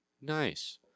Nice